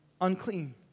unclean